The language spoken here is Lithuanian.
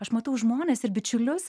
aš matau žmones ir bičiulius